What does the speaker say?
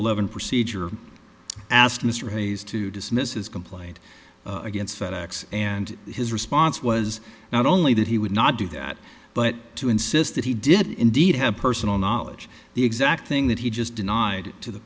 ruhleben procedure asked mr hayes to dismiss his complaint against fed ex and his response was not only that he would not do that but to insist that he did indeed have personal knowledge the exact thing that he just denied to the